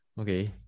Okay